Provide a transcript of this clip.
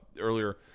earlier